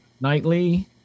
Nightly